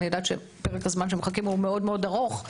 אני יודעת שפרק הזמן שמחכים הוא ארוך מאוד מאוד,